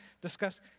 discuss